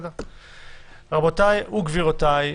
רבותיי וגבירותיי,